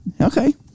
okay